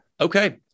Okay